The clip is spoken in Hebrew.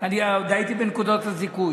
והוא קורא לפגיעה רב-חזיתית של מדינות ערב נגדנו.